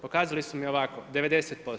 Pokazali su mi ovako, 90%